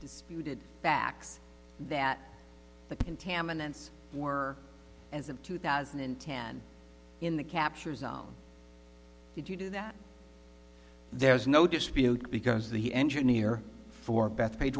disputed facts that the contaminants were as of two thousand and ten in the capture zone did you do that there's no dispute because the engineer for bethpa